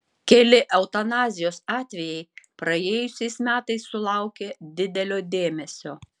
keli eutanazijos atvejai praėjusiais metais sulaukė didelio dėmesio